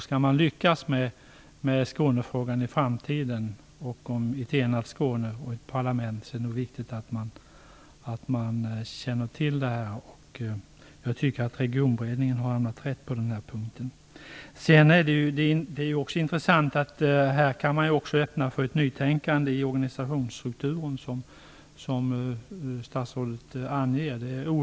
Skall man lyckas med Skånefrågan i framtiden, ett enat Skåne och ett parlament, är det nog viktigt att man känner till detta. Jag tycker att regionberedningen har hamnat rätt på den punkten. Det är också oerhört intressant att man här kan öppna för ett nytänkande i organisationsstrukturen, som statsrådet anger.